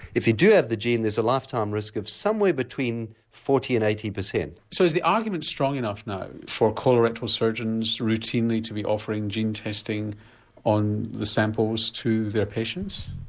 if you do have the gene there's a lifetime risk of somewhere between forty percent and eighty percent. so is the argument strong enough now for colorectal surgeons routinely to be offering gene testing on the samples to their patients?